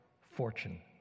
fortune